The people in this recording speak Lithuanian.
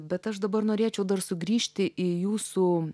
bet aš dabar norėčiau dar sugrįžti į jūsų